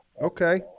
Okay